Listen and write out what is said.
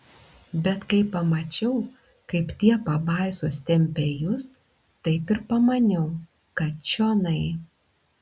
bet kai pamačiau kaip tie pabaisos tempia jus taip ir pamaniau kad čionai